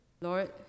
Lord